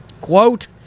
Quote